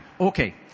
Okay